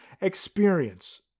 Experience